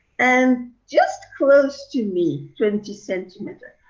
and just close to me, twenty centimeters.